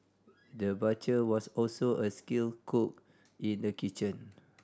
the butcher was also a skilled cook in the kitchen